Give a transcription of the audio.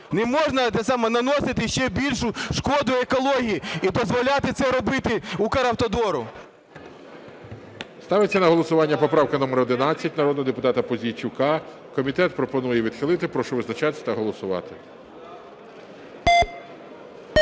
не можна наносити ще більшу шкоду екології і дозволяти це робити Укравтодору. ГОЛОВУЮЧИЙ. Ставиться на голосування поправка номер 11 народного депутата Пузійчука. Комітет пропонує відхилити. Прошу визначатись та голосувати.